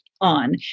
on